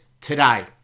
today